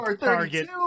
Target